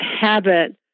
habit